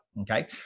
okay